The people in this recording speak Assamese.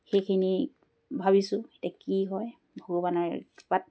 সেইখিনি ভাবিছোঁ এতিয়া কি হয় ভগৱানৰ কৃপাত